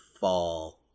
fall